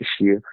issue